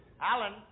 Alan